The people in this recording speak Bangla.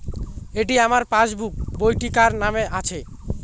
এটি আমার পাসবুক বইটি কার নামে আছে?